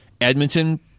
Edmonton